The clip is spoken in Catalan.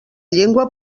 llengua